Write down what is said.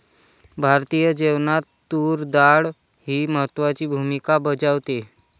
भारतीय जेवणात तूर डाळ ही महत्त्वाची भूमिका बजावते